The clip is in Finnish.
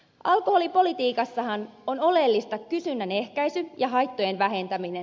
alkoholipolitiikassahan on oleellista kysynnän ehkäisy ja haittojen vähentäminen